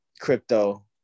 crypto